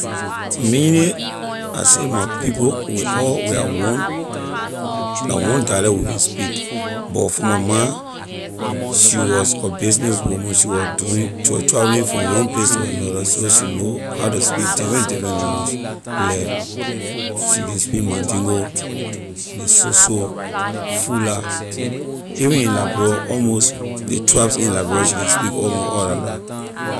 Mainly, I say my people we all we are one la one dialect we can speak but for my ma was a business woman she was doing she wor traveling from one place to another so she know how to speak different different language like she can speak mandingo ley soso fula even in liberia almost ley tribes in liberia she can speak almost all like dah.